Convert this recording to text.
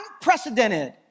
unprecedented